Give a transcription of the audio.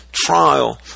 Trial